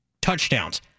touchdowns